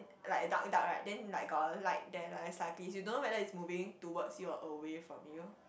like dark dark right then like got a light there like cyclist you don't know whether is moving towards you or away from you